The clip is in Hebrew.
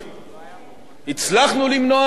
הצלחנו למנוע את זה עד הלום,